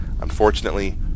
Unfortunately